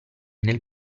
nel